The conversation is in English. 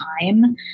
time